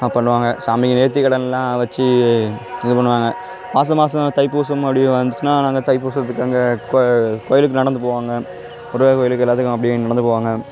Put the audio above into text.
பண்ணுவாங்க சாமிக்கு நேர்த்திக்கடன்லாம் வச்சு இது பண்ணுவாங்க மாத மாதம் தைப்பூசம் அப்படியே வந்துச்சுன்னா நாங்கள் தைப்பூசத்துக்கு அங்கே கோ கோயிலுக்கு நடந்து போவாங்க முருகர் கோயிலுக்கு எல்லாத்துக்கும் அப்படியே நடந்து போவாங்க